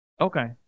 Okay